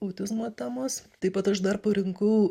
autizmo temos taip pat aš dar parinkau